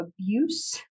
abuse